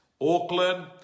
Auckland